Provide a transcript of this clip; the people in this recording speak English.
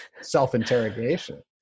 self-interrogation